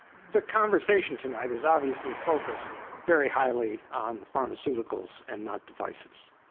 the conversation tonight is obviously focused very highly on pharmaceuticals and not devices.